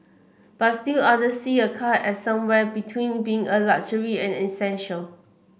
but still others see a car as somewhere between being a luxury and an essential